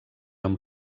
amb